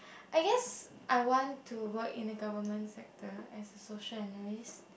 I guess I want to work in the government sector as a social analyst